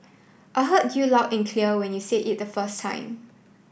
I heard you loud and clear when you said it the first time